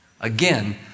Again